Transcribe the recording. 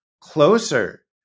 closer